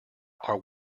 are